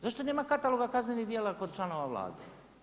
Zašto nema kataloga kaznenih djela kod članova Vlade?